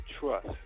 trust